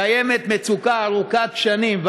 קיימת מצוקה ארוכת שנים.